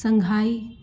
Shanghai